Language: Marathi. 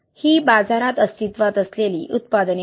तर ही बाजारात अस्तित्वात असलेली उत्पादने आहेत